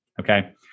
Okay